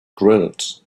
grilled